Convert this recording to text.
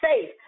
faith